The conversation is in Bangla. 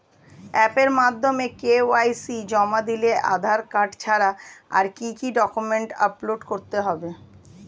অ্যাপের মাধ্যমে কে.ওয়াই.সি জমা দিলে আধার কার্ড ছাড়া আর কি কি ডকুমেন্টস আপলোড করতে হবে?